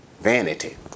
vanity